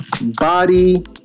body